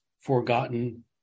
Forgotten